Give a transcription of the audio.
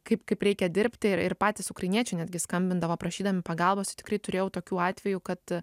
kaip kaip reikia dirbti ir ir patys ukrainiečiai netgi skambindavo prašydami pagalbos tikrai turėjau tokių atvejų kad